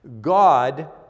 God